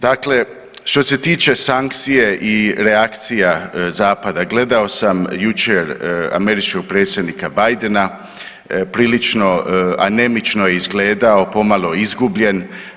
Dakle što se tiče sankcije i reakcija Zapada, gledao sam jučer američkog predsjednika Bidena, prilično anemično je izgledao, pomalo izgubljen.